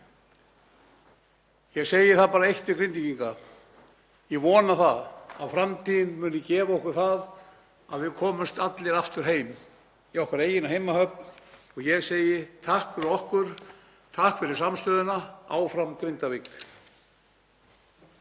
Ég segi bara við Grindvíkinga: Ég vona að framtíðin muni gefa okkur það að við komumst allir aftur heim í okkar eigin heimahöfn. Ég segi: Takk fyrir okkur. Takk fyrir samstöðuna. Áfram Grindavík.